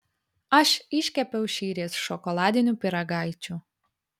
aš iškepiau šįryt šokoladinių pyragaičių